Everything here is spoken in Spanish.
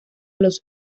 los